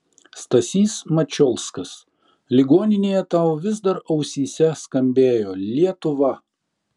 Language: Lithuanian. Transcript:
stasys mačiulskas ligoninėje tau vis dar ausyse skambėjo lietuva